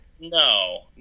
No